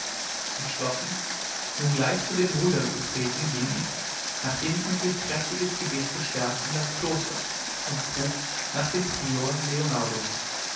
entschlossen nun gleich zu den brüdern zu treten ging ich nachdem ich mich durch kräftiges gebet gestärkt in das kloster und frug nach dem prior leonardus